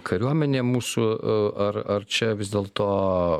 kariuomenė mūsų ar ar čia vis dėlto